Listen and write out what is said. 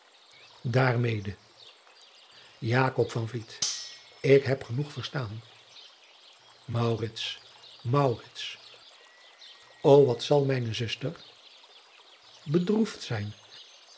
ik heb genoeg verstaan maurits maurits o wat zal mijne zuster bedroefd zijn